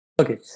Okay